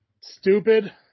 stupid